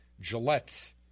Gillette